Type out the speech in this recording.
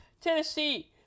Tennessee